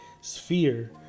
sphere